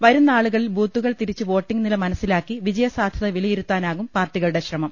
വരും നാളുകളിൽ ബൂത്തുകൾ തിരിച്ച് വോട്ടിങ് നില മനസിലാക്കി വിജയസാധ്യത വിലയിരുത്താ നാകും പാർട്ടികളുടെ ശ്രമം